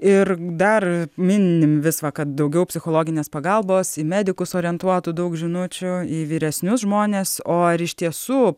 ir dar minim vis va kad daugiau psichologinės pagalbos į medikus orientuotų daug žinučių į vyresnius žmones o ar iš tiesų